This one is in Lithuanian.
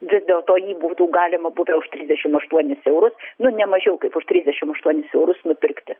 vis dėlto jį būtų galima buvę už trisdešimt aštuonis eurus nu ne mažiau kaip už trisdešimt aštuonis eurus nupirkti